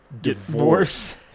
divorce